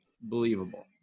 believable